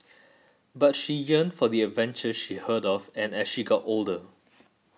but she yearned for the adventures she heard of and as she got older